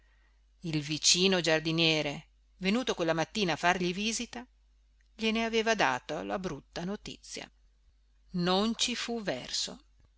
il vicino giardiniere venuto quella mattina a fargli visita gliene aveva dato la brutta notizia non ci fu verso